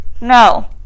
No